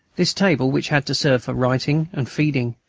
this table, which had to serve for writing and feeding,